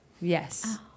Yes